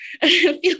feel